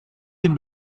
den